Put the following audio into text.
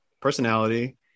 personality